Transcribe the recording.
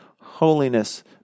holiness